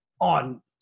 on